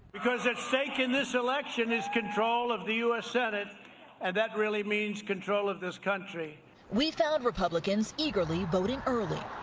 because at stake in this election is control of the u s. senate and that really means control of this country. reporter we found republicans eagerly voting early.